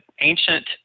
ancient